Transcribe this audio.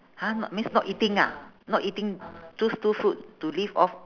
!huh! not means not eating ah not eating choose two food to live off